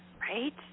right